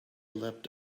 leapt